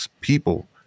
people